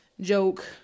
joke